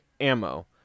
ammo